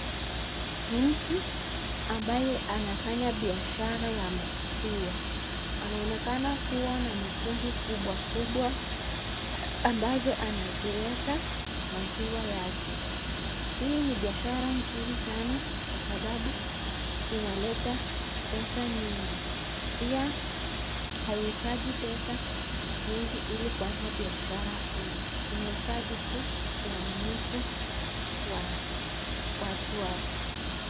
Ni mtu ambaye anafanya biashara ya maziwa. Anaonekana kuwa na mitungi kubwa kubwa ambazo anaziweka maziwa yake. Hii ni biashara mzuri sana kwa sababu inaleta pesa nyingi. Pia haihitaji pesa mingi ili kuanza biashara hili. Inahitaji tu uaminifu wa watu wako.